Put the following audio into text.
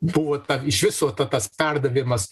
buvo ta iš viso ta tas perdavimas